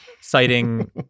citing